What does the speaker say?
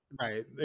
Right